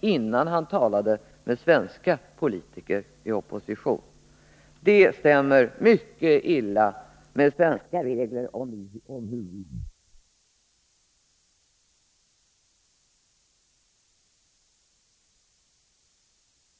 innan han talade med svenska politiker i opposition. Det stämmer mycket illa med svenska regler om hur vi uppför oss och förhandlar när det gäller ett mål som vi faktiskt har gemensamt, nämligen strävan efter fred och frihet från bl.a. kärnvapen. Herr talman!